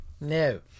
No